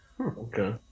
Okay